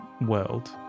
world